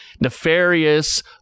nefarious